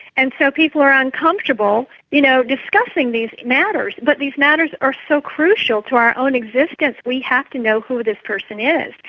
and so people are uncomfortable you know discussing these matters. but these matters are so crucial to our own existence we have to know who this person is.